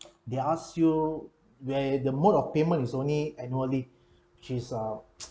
they ask you where the mode of payment is only annually which is uh